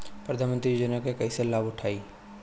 प्रधानमंत्री योजना के कईसे लाभ उठाईम?